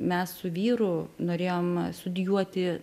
mes su vyru norėjom studijuoti